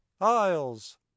isles